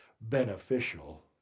beneficial